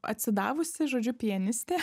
atsidavusi žodžiu pianistė